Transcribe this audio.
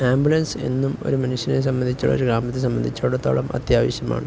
ambulance എന്നും ഒരു മനുഷ്യനെ സംബന്ധിച്ചും ഒരു ഗ്രാമത്തെ സംബന്ധിച്ചിടത്തോളവും അത്യാവശ്യമാണ്